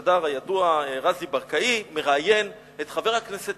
השדר הידוע רזי ברקאי מראיין את חבר הכנסת